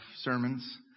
sermons